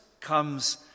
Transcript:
comes